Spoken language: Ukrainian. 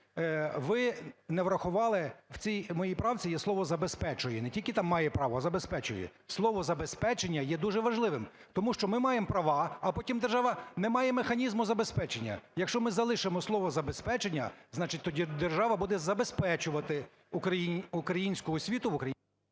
Ви не врахували, в цій моїй правці є слово "забезпечує", не тільки там "має право", а "забезпечує". Слово "забезпечення" є дуже важливим. Тому що ми маємо права, а потім держава не має механізму забезпечення. Якщо ми залишимо слово "забезпечення", значить тоді держава буде забезпечувати українську освіту в…